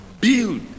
Build